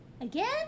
Again